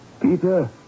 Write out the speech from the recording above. Peter